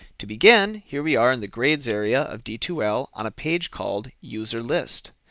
to begin, here we are on the grade area of d two l on a page called user list.